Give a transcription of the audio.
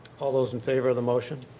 all those in favor of the motion?